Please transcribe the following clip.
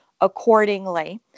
accordingly